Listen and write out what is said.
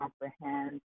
comprehend